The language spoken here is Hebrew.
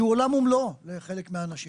שהוא עולם ומלואו לחלק מהאנשים.